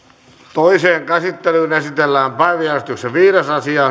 toiseen käsittelyyn esitellään päiväjärjestyksen viides asia